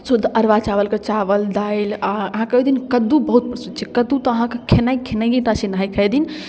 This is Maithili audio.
शुद्ध अरवा चावलके चावल दालि आओर अहाँके ओहिदिन कद्दू बहुत प्रसिद्ध छै कद्दू तऽ खेनाइ खेनाइएटा छै नहाइ खाइ दिन